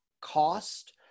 cost